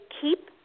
keep